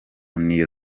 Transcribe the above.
niyo